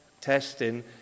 testing